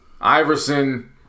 Iverson